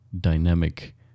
dynamic